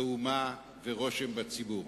מהומה ורושם בציבור.